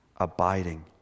abiding